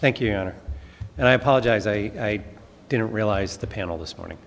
thank you and i apologize i didn't realize the panel this morning